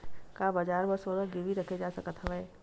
का बजार म सोना गिरवी रखे जा सकत हवय?